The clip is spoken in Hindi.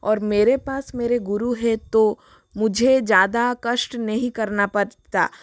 और मेरे पास मेरे गुरु है तो मुझे ज़्यादा कष्ट नहीं करना पड़ता